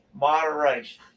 Moderation